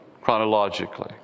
chronologically